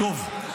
--- נאור,